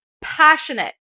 passionate